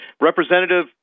Representative